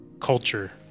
culture